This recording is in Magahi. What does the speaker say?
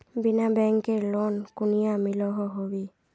बिना बैंकेर लोन कुनियाँ मिलोहो होबे?